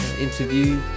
interview